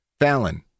Fallon